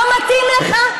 לא מתאים לך?